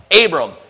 Abram